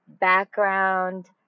background